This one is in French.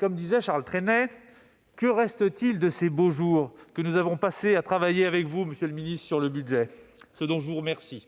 Comme disait Charles Trenet, « que reste-t-il de ces beaux jours » que nous avons passés à travailler sur le budget avec vous, monsieur le ministre, ce dont je vous remercie,